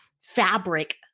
fabric